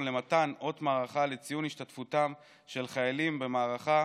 למתן אות מערכה לציון השתתפותם של חיילים במערכה